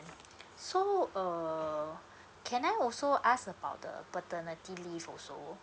so uh can I also ask about the paternity leave also